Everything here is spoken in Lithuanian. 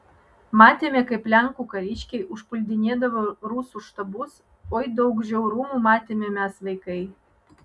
matėme kaip lenkų kariškiai užpuldinėdavo rusų štabus oi daug žiaurumų matėme mes vaikai